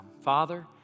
Father